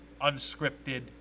unscripted